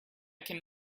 can